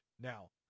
Now